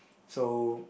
so